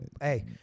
Hey